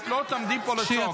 את לא תעמדי פה לצעוק.